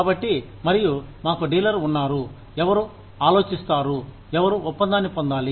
కాబట్టి మరియు మాకు డీలర్ ఉన్నారు ఎవరు ఆలోచిస్తారు ఎవరు ఒప్పందాన్ని పొందాలి